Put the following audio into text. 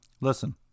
Listen